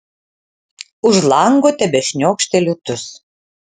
už lango tebešniokštė lietus